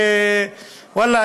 ואללה,